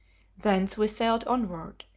thence we sailed onward,